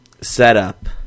setup